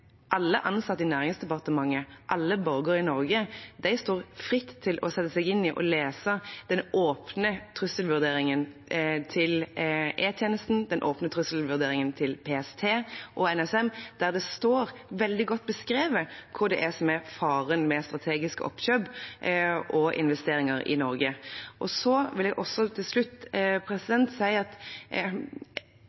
alle ansatte i Næringsdepartementet, alle borgere i Norge står fritt til å sette seg inn i og lese den åpne trusselvurderingen til E-tjenesten, den åpne trusselvurderingen til PST og NSM, der det står veldig godt beskrevet hva som er faren med strategiske oppkjøp og investeringer i Norge. Så vil jeg til slutt